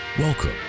Welcome